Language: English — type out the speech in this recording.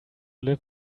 live